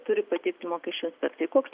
turi pateikti mokesčių inspekcijai koks